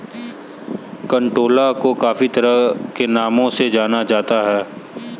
कंटोला को काफी तरह के नामों से जाना जाता है